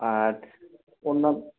আর অন্য